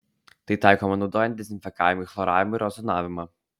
tai taikoma naudojant dezinfekavimui chloravimą ir ozonavimą